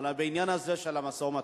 אבל בעניין הזה של המשא-ומתן,